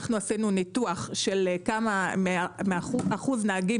אנחנו עשינו ניתוח של כמה אחוז נהגים